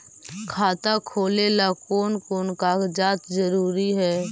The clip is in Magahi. खाता खोलें ला कोन कोन कागजात जरूरी है?